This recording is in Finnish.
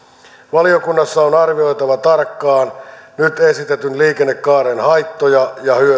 valiokunnassa on on arvioitava tarkkaan nyt esitetyn liikennekaaren haittoja ja